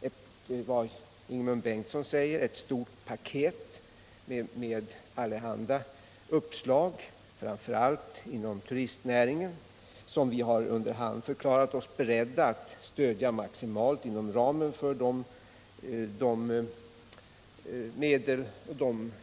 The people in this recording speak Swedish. Det var enligt vad Ingemund Bengtsson säger ett stort paket med allehanda uppslag, framför allt inom turistnäringen, som vi under hand har förklarat oss beredda att stödja maximalt inom ramen för de